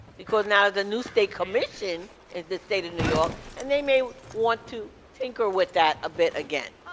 because now the new state commission in the state of new york, and they may want to tinker with that a bit again.